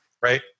right